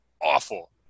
awful